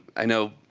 i know